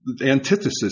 antithesis